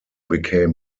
became